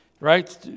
Right